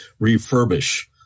refurbish